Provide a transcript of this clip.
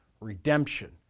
redemption